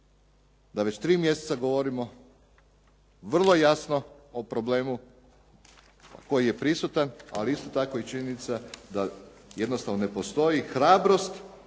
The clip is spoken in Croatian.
da već tri mjeseca govorimo vrlo jasno o problemu koji je prisutan, ali isto tako i činjenica da jednostavno ne postoji hrabrost